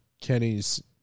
Kenny's